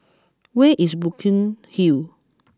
where is Burkill Hall